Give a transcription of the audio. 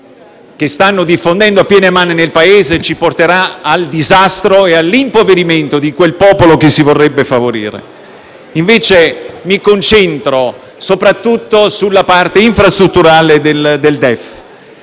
che stanno diffondendo a piene mani nel Paese ci porterà al disastro e all'impoverimento di quel popolo che si vorrebbe favorire. Mi concentro invece soprattutto sulla parte infrastrutturale del DEF.